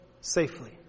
safely